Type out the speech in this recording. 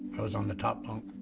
i was on the top bunk.